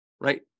right